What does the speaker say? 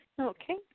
Okay